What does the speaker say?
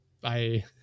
Bye